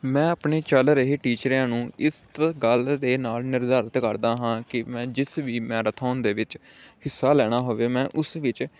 ਮੈਂ ਆਪਣੇ ਚੱਲ ਰਹੇ ਟੀਚਿਆਂ ਇਸ ਗੱਲ ਦੇ ਨਾਲ ਨਿਰਧਾਰਿਤ ਕਰਦਾ ਹਾਂ ਕਿ ਮੈਂ ਜਿਸ ਵੀ ਮੈਰਾਥੋਨ ਦੇ ਵਿੱਚ ਹਿੱਸਾ ਲੈਣਾ ਹੋਵੇ ਮੈਂ ਉਸ ਵਿੱਚ